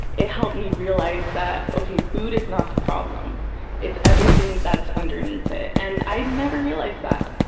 it helped me realize that, okay, food is not the problem it's everything that's underneath it. and i'd never realized that.